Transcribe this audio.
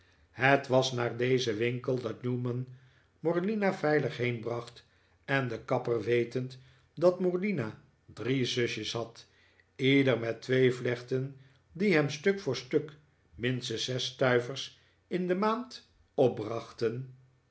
het was naar dezen winkel dat newman morlina veilig heenbracht en de kapper wetend dat morlina drie zusjes had ieder met twee vlechten die hem stuk voor stuk minstens zes stuivers in de maand